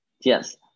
Yes